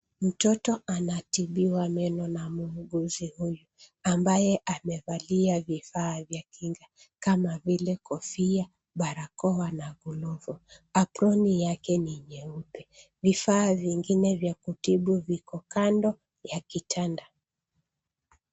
Mtoto anatibiwa meno na muuguzi huyu ambaye amevalia vifaa vya kinga kama vile kofia, barakoa na glovu. Aproni yake ni nyeupe. Vifaa vingine vya kutibu viko kando ya kitanda.